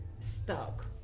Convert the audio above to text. stuck